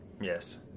Yes